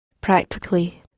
Practically